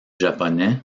japonais